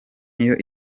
niyo